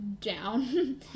down